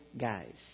guys